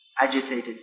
agitated